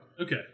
Okay